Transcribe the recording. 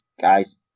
Guys